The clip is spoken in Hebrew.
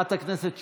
חברת הכנסת שטרית,